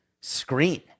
screen